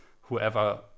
whoever